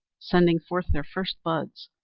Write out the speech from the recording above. sending forth their first buds.